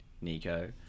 Nico